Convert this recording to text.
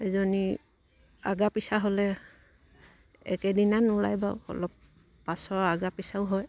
এজনী আগা পিছা হ'লে একেদিনাই নোলায় বাৰু অলপ পাছৰ আগা পিচাও হয়